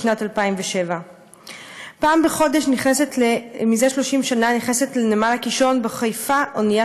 משנת 2007. "פעם בחודש זה 30 שנה נכנסת לנמל הקישון בחיפה אוניית